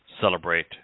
Celebrate